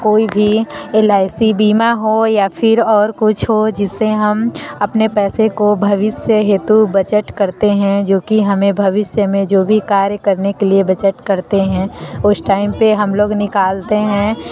कोई भी L I C बीमा हो या फिर और कुछ हो जिस से हम अपने पैसे को भविष्य हेतु बजट करते हैं जो कि हमें भविष्य में जो भी कार्य करने के लिए बचत करते हैं उस टाइम पर हम लोग निकालते हैं